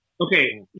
Okay